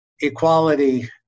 equality